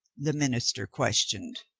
the minister questioned.